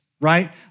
right